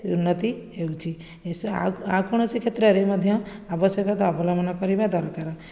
ଉନ୍ନତି ହେଉଛି ଆଉ ଆଉ କୌଣସି କ୍ଷେତ୍ରରେ ମଧ୍ୟ ଆବଶ୍ୟକତା ଅବଲମ୍ବନ କରିବା ଦରକାର